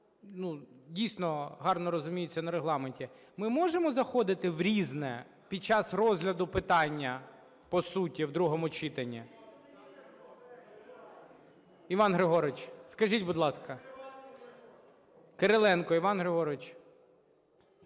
дійсно гарно розуміються на Регламенті: ми можемо заходити в "Різне" під час розгляду питання по суті в другому читанні? Іван Григорович, скажіть, будь ласка. Кириленко Іван Григорович.